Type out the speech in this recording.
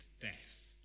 death